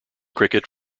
cricket